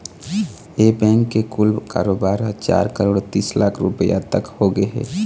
ए bank के कुल कारोबार ह चार करोड़ तीस लाख रूपिया तक होगे हे